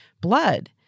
blood